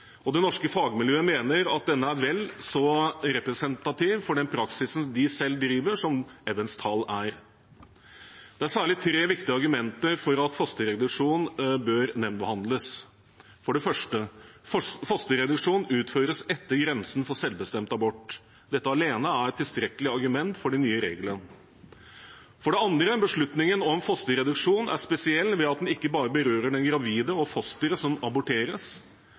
risiko. Det norske fagmiljøet mener at den er vel så representativ for den praksisen de selv driver, som Evans’ tall er. Det er særlig tre viktige argumenter for at fosterreduksjon bør nemndbehandles. For det første: Fosterreduksjon utføres etter grensen for selvbestemt abort. Dette alene er et tilstrekkelig argument for den nye regelen. For det andre: Beslutningen om fosterreduksjon er spesiell ved at den ikke bare berører den gravide og fosteret som aborteres.